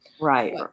Right